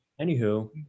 anywho